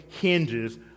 hinges